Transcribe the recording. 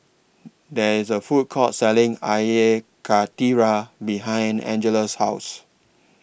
There IS A Food Court Selling Air Karthira behind Angelica's House